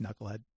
knucklehead